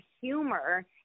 humor